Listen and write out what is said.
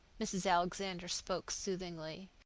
mrs. alexander spoke soothingly.